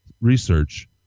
research